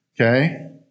Okay